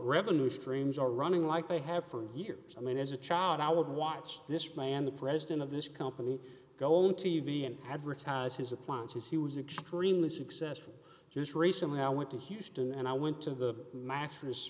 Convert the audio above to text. revenue streams are running like they have for years i mean as a child i would watch this man the president of this company go on t v and advertise his appliances he was extremely successful just recently i went to houston and i went to the ma